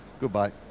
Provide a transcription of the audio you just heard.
Goodbye